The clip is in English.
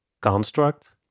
construct